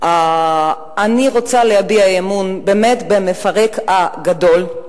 אני רוצה להביע אי-אמון במפרק הגדול,